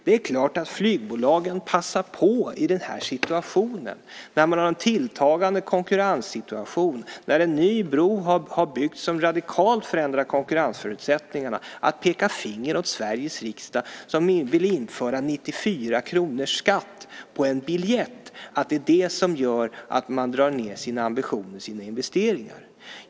Det är klart att flygbolagen passar på i den här situationen, med tilltagande konkurrens och när en ny bro har byggts som radikalt ändrar konkurrensförutsättningarna, att peka finger åt Sveriges riksdag som vill införa 94 kr i skatt på en biljett, att säga att det är det som gör att man drar ned sina ambitioner och sina investeringar.